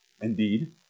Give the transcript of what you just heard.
Indeed